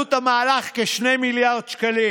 עלות המהלך כ-2 מיליארד שקלים.